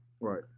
Right